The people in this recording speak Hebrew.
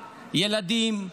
ילדים,